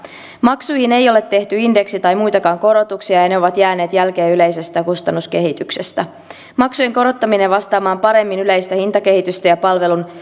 maksuihin ei ole tehty indeksi tai muitakaan korotuksia ja ne ovat jääneet jälkeen yleisestä kustannuskehityksestä maksujen korottaminen vastaamaan paremmin yleistä hintakehitystä ja palvelun